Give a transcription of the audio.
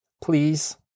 Please